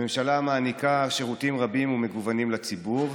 הממשלה מעניקה שירותים רבים ומגוונים לציבור,